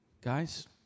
Guys